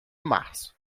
março